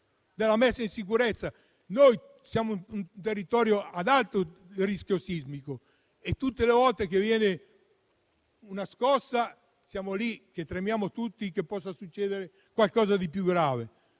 sua messa in sicurezza. Noi siamo un territorio ad alto rischio sismico e tutte le volte che arriva una scossa tremiamo tutti e temiamo che possa succedere qualcosa di più grave.